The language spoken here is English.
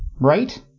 right